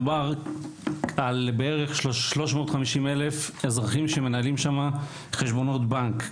מדובר על בערך 350,000 אזרחים שמנהלים שם חשבונות בנק.